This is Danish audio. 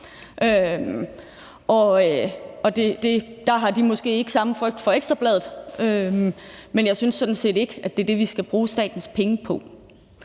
De har måske ikke den samme frygt for Ekstra Bladet, men jeg synes sådan set ikke, at det er det, vi skal bruge statens penge på,